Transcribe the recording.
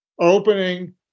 Opening